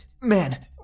Man